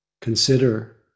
consider